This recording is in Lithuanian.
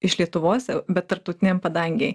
iš lietuvos bet tarptautinėm padangėj